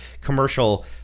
commercial